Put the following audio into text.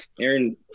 Aaron